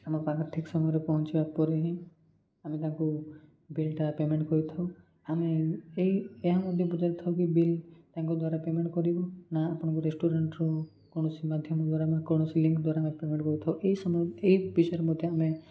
ଆମ ପାଖରେ ଠିକ୍ ସମୟରେ ପହଞ୍ଚିବା ପରେ ହିଁ ଆମେ ତାଙ୍କୁ ବିଲ୍ଟା ପେମେଣ୍ଟ୍ କରିଥାଉ ଆମେ ଏଇ ଏହା ମଧ୍ୟ ପଚାରିଥାଉ କି ବିଲ୍ ତାଙ୍କ ଦ୍ୱାରା ପେମେଣ୍ଟ୍ କରିବୁ ନା ଆପଣଙ୍କ ରେଷ୍ଟୁରାଣ୍ଟ୍ରୁ କୌଣସି ମାଧ୍ୟମ ଦ୍ୱାରା କୌଣସି ଲିଙ୍କ୍ ଦ୍ୱାରା ଆମେ ପେମେଣ୍ଟ୍ କରିଥାଉ ଏ ଏହି ସମୟ ଏହି ବିଷୟରେ ମଧ୍ୟ ଆମେ